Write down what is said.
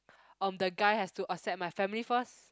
um the guy has to accept my family first